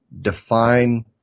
define